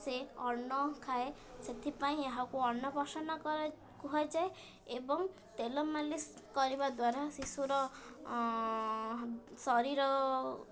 ସେ ଅନ୍ନ ଖାଏ ସେଥିପାଇଁ ଏହାକୁ ଅନ୍ନପ୍ରସନ କୁହାଯାଏ ଏବଂ ତେଲ ମାଲିସ୍ କରିବା ଦ୍ୱାରା ଶିଶୁର ଶରୀରର